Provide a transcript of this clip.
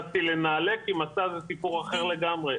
כי מסע זה סיפור אחר לגמרי.